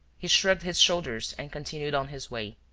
he shrugged his shoulders and continued on his way.